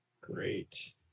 great